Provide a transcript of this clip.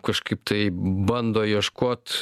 kažkaip tai bando ieškot